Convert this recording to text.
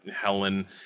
Helen